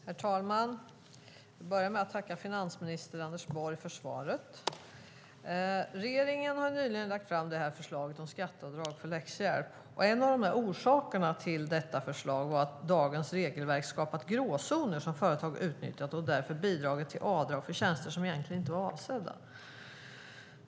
Herr talman! Jag börjar med att tacka finansminister Anders Borg för svaret. Regeringen har nyligen lagt fram förslaget om skatteavdrag för läxhjälp. En av orsakerna till förslaget var att dagens regelverk har skapat gråzoner som företag har utnyttjat och därför bidragit till avdrag för tjänster som det egentligen inte var avsett för.